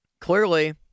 clearly